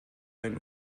ein